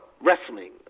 wrestling